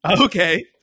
Okay